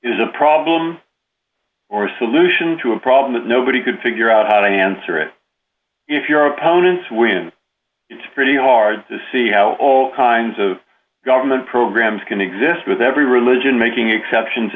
is a problem or a solution to a problem that nobody can figure out how to answer it if your opponents when it's pretty hard to see how all kinds of government programs can exist with every religion making exceptions